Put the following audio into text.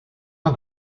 uns